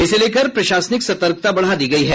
इसे लेकर प्रशासनिक सतर्कता बढ़ा दी गयी है